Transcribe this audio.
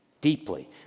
deeply